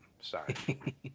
sorry